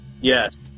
Yes